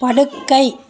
படுக்கை